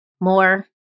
more